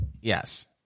yes